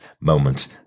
moment